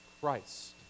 Christ